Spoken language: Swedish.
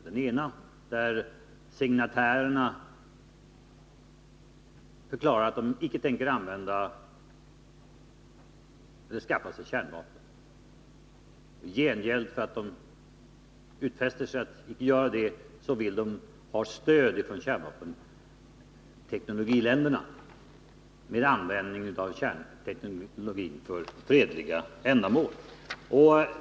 Den ena är att signatärerna förklarar att de icke tänker skaffa sig kärnvapen och den andra är att de i gengäld — för att de avstår från kärnvapen — vill ha stöd från kärnkraftsteknologiländerna när det gäller användning av kärnteknologi för fredliga ändamål.